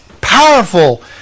powerful